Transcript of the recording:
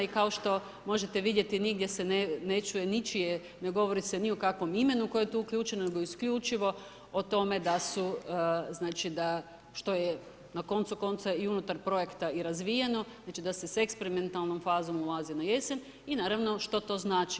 I kao što možete vidjeti nigdje se ne čuje ničije, ne govori se ni o kakvom imenu koje je tu uključeno, nego isključivo o tome da su, što je na koncu konca i unutar projekta i razvijeno, znači da se s eksperimentalnom fazom ulazi na jesen i naravno što to znači.